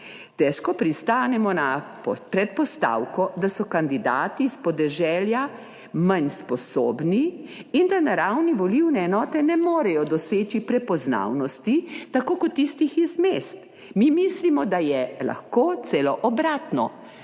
Težko pristanemo na predpostavko, da so kandidati s podeželja manj sposobni in da na ravni volilne enote ne morejo doseči prepoznavnosti tako kot tistih iz mest. Mi mislimo, da je lahko celo obratno,